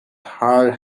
hard